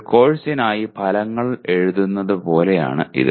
ഒരു കോഴ്സിനായി ഫലങ്ങൾ എഴുതുന്നതുപോലെയാണ് ഇത്